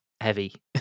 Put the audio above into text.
heavy